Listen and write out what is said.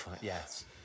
Yes